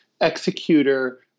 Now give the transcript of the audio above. executor